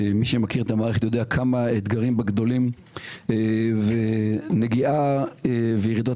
מי שמכיר את המערכת יודע כמה האתגרים גדולים ונגיעה וירידות